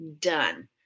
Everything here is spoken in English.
Done